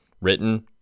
written